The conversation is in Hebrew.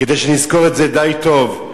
כדי שנזכור את זה די טוב.